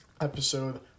episode